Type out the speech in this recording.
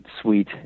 suite